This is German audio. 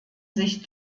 sich